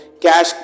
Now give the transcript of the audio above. cash